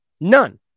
None